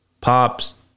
pops